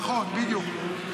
נכון, בדיוק.